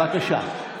בבקשה.